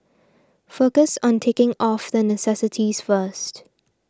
focus on ticking off the necessities first